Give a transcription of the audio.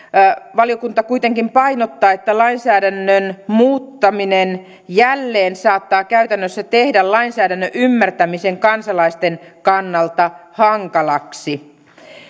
valiokunta kuitenkin painottaa että lainsäädännön muuttaminen jälleen saattaa käytännössä tehdä lainsäädännön ymmärtämisen kansalaisten kannalta hankalaksi